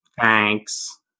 Thanks